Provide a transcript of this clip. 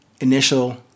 initial